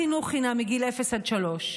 חינוך חינם לגיל אפס עד שלוש.